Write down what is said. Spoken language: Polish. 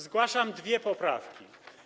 Zgłaszam dwie poprawki.